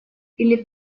или